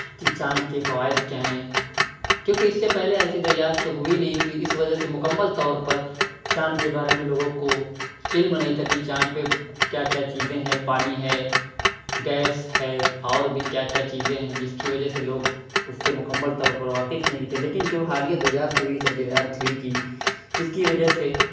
کہ چاند کے فوائد کیا ہیں کیونکہ اِس سے پہلے ایسی دریافت ہوئی نہیں تھی اِس وجہ سے مکمل طور پر چاند کے بارے میں لوگوں کو علم نہیں تھا کہ چاند پہ کیا کیا چیزیں ہیں پانی ہے گیس ہے اور بھی کیا کیا چیزیں ہیں جس کی وجہ سے لوگ اُس سے مکمل طور پر واقف نہیں تھے لیکن جو حالیہ دریافت ہوئی ہے چندریان تھری کی جس کی وجہ سے